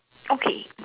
okay